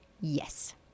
yes